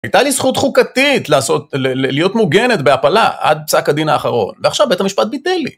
הייתה לי זכות חוקתית להיות מוגנת בהפלה עד פסק הדין האחרון ועכשיו בית המשפט ביטל לי.